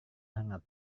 hangat